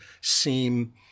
seem